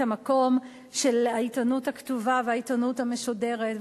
המקום של העיתונות הכתובה והעיתונות המשודרת.